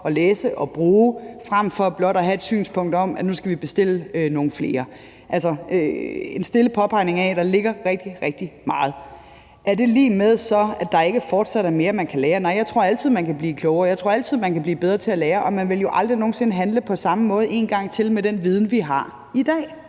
og læse og bruge frem for blot at have et synspunkt om, at vi nu skal bestille nogle flere. Det er altså en stille påpegning af, at der ligger rigtig, rigtig meget. Er det så lig med, at der ikke fortsat er mere, man kan lære? Nej, jeg tror altid man kan blive klogere, jeg tror altid, man kan blive bedre til at lære, og man vil jo aldrig nogen sinde handle på samme måde en gang til med den viden, vi har i dag.